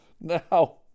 Now